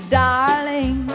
darling